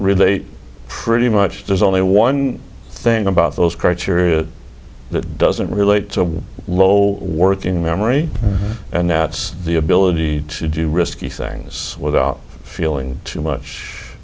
relate pretty much there's only one thing about those criteria that doesn't relate to a low working memory and now it's the ability to do risky things without feeling too much